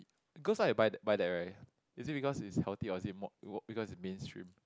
girls like to buy buy that right is it because it's healthy or is it more more because it's mainstream